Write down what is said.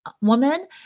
woman